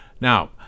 now